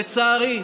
לצערי,